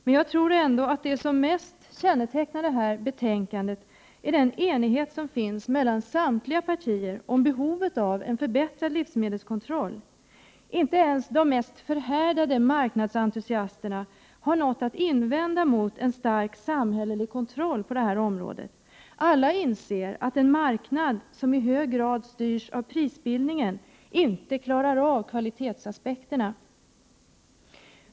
Men jag tror att det som mest kännetecknar betänkandet är enigheten bland samtliga partier om behovet av en förbättrad livsmedelskontroll. Inte ens de mest förhärdade marknadsentusiasterna har något att invända mot en stark samhällelig kontroll på detta område. Alla inser att en marknad som i hög grad styrs av prisbildningen inte klarar av kvalitetsaspekterna.